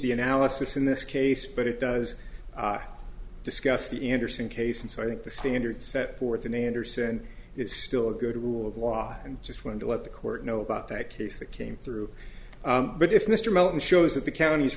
the analysis in this case but it does discuss the andersen case and so i think the standards set forth in andersen is still a good rule of law and just wanted to let the court know about that case that came through but if mr mellon shows that the count